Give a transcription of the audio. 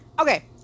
Okay